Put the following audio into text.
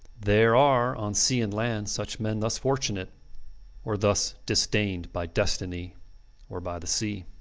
there are on sea and land such men thus fortunate or thus disdained by destiny or by the sea.